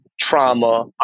trauma